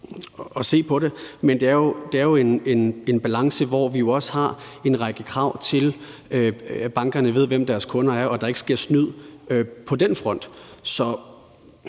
at se på det. Men det er en balance, hvor vi jo også har en række krav til, at bankerne ved, hvem deres kunder er, og at der ikke sker snyd på den front.